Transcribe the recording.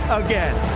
again